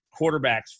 quarterbacks